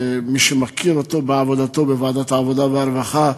מי שמכיר אותו בעבודתו בוועדת העבודה והרווחה,